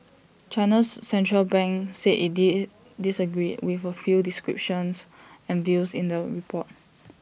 China's Central Bank said IT disagreed with A few descriptions and views in the report